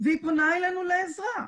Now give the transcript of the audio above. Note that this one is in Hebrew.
והיא פונה אלינו לעזרה,